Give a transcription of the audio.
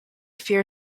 fear